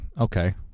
Okay